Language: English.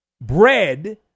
bread